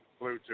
Bluetooth